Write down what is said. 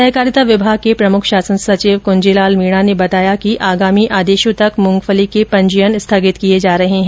सहकारिता विभाग के प्रमुख शासन सचिव कृंजीलाल मीणा ने बताया कि आगामी आदेशों तक मृंगफली के पंजीयन स्थगित किये जा रहे हैं